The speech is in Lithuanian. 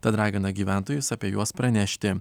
tad ragina gyventojus apie juos pranešti